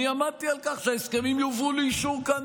אני עמדתי על כך שההסכמים יובאו לאישור כאן,